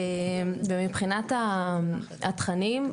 מבחינת התכנים,